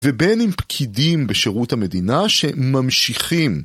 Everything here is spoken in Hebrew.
ובין עם פקידים בשירות המדינה שממשיכים.